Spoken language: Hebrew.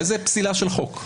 איזו פסילה של חוק?